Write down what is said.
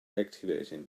activating